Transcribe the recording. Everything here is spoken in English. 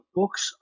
books